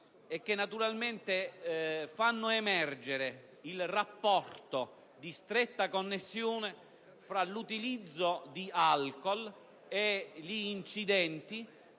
Tali norme fanno emergere il rapporto di stretta connessione tra l'utilizzo di alcool e gli incidenti;